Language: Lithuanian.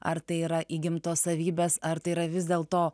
ar tai yra įgimtos savybės ar tai yra vis dėlto